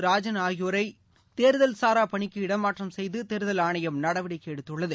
ராஜன் ஆகியோரை தேர்தல் சாரா பணிக்கு இடமாற்றம்செய்து தேர்தல் ஆணையம் நடவடிக்கை எடுத்துள்ளது